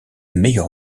meilleur